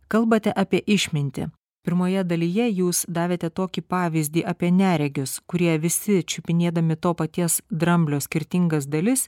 kalbate apie išmintį pirmoje dalyje jūs davėte tokį pavyzdį apie neregius kurie visi čiupinėdami to paties dramblio skirtingas dalis